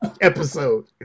episode